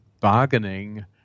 bargaining